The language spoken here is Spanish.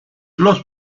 los